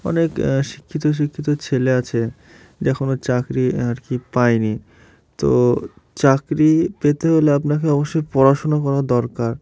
অনেক শিক্ষিত শিক্ষিত ছেলে আছে যে এখনও চাকরি আর কি পায়নি তো চাকরি পেতে হলে আপনাকে অবশ্যই পড়াশুনা করা দরকার